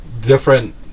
different